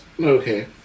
Okay